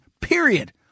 Period